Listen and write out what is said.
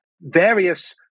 Various